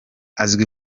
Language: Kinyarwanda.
azwi